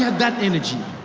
that energy.